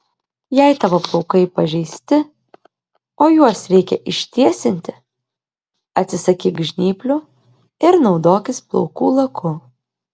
jei tavo plaukai pažeisti o juos reikia ištiesinti atsisakyk žnyplių ir naudokis plaukų laku